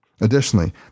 Additionally